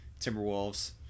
Timberwolves